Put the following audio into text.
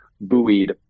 buoyed